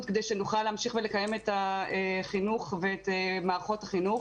כדי שנוכל להמשיך ולקיים את החינוך ואת מערכות החינוך.